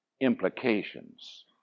implications